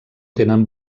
tenen